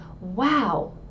wow